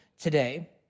today